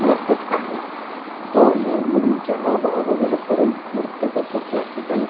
नर्तक आहे तोही मुलींचे हावभाव वगैरे करून नृत्य करतो क्लासिकल